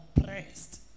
oppressed